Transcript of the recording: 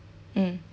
mm